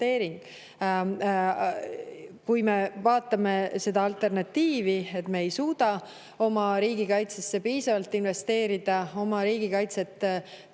Kui me vaatame seda alternatiivi, et me ei suuda oma riigi kaitsesse piisavalt investeerida, oma riigi kaitset